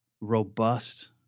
robust